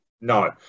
no